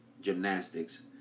gymnastics